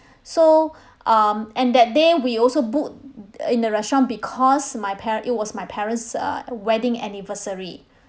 so um and that day we also book in the restaurant because my par~ it was my parents' uh wedding anniversary